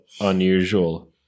unusual